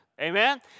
Amen